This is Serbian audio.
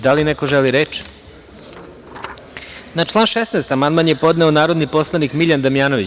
Da li neko želi reč? (Ne) Na član 16. amandman je podneo narodni poslanik Miljan Damjanović.